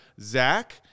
Zach